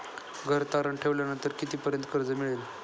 घर तारण ठेवल्यावर कितीपर्यंत कर्ज मिळेल?